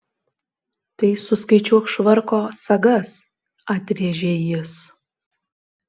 tai suskaičiuok švarko sagas atrėžė jis